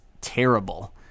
terrible